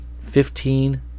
fifteen